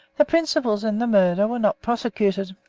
the principals in the murder were not prosecuted,